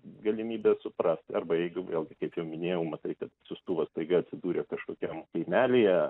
galimybė suprast arba jeigu vėlgi kaip jau minėjau matai kad siųstuvas staiga atsidūrė kažkokiam kaimelyje